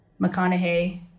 McConaughey